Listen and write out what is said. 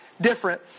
different